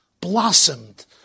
blossomed